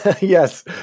Yes